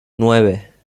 nueve